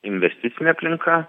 investicinė aplinka